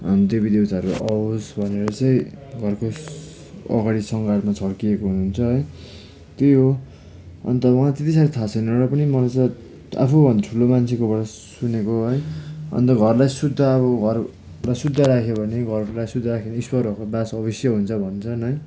देवीदेउताहरू आओस् भनेर चाहिँ घरको अगाडि सङ्घारमा छर्केको हुन्छ है त्यही हो अन्त म त्यत्ति साह्रो थाहा छैन र पनि मलाई चाहिँ आफूभन्दा ठुलो मान्छेकोबाट सुनेको है अन्त घरलाई शुद्ध अब घरलाई शुद्ध राख्यो भने घरलाई शुद्ध राख्यो भने ईश्वरहरूको बास अवश्यै हुन्छ भन्छन् है